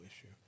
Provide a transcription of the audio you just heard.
issue